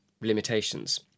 limitations